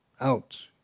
Out